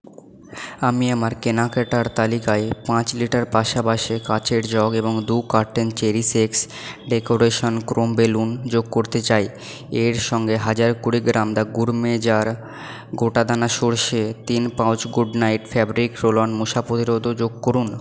আমি আমার কেনাকাটার তালিকায় পাঁচ লিটার পাসাবাশে কাচের জগ এবং দুই carton cherish x decoration chrome balloon যোগ করতে চাই এর সঙ্গে হাজার কুড়ি গ্রাম দা গুরমে জার গোটা দানা সরষে তিন pouch good night fabric roll on মশা প্রতিরোধকও যোগ করুন